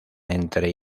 entre